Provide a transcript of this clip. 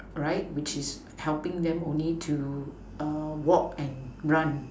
right which is helping them only to walk and run